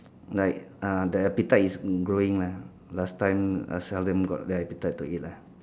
like uh the appetite is growing lah last time I seldom got the appetite to eat lah